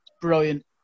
brilliant